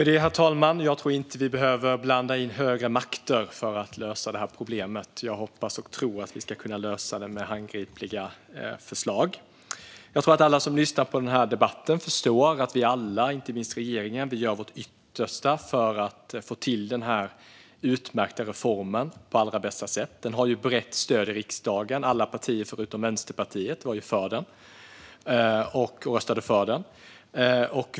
Herr talman! Jag tror inte att vi behöver blanda in högre makter för att lösa det här problemet. Jag hoppas och tror att vi ska kunna lösa det med handgripliga förslag. Jag tror att alla som lyssnar på debatten förstår att vi alla, inte minst regeringen, gör vårt yttersta för att få till den här utmärkta reformen på allra bästa sätt. Den har brett stöd i riksdagen. Alla partier förutom Vänsterpartiet var för den och röstade för den.